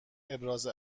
ابراز